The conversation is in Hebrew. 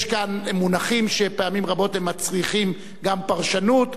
יש כאן מונחים שפעמים רבות מצריכים גם פרשנות.